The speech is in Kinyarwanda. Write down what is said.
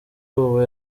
ubu